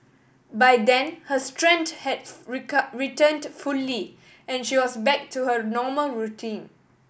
by then her strength have returned fully and she was back to her normal routine